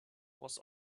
was